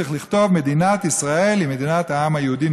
צריך לכתוב: מדינת ישראל היא מדינת העם היהודי.